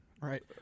Right